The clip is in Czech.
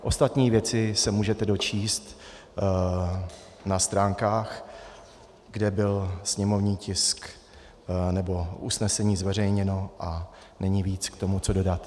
Ostatní věci se můžete dočíst na stránkách, kde byl sněmovní tisk nebo usnesení zveřejněno, a není víc, co k tomu dodat.